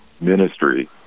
ministry